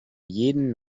jeden